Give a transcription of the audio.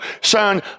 son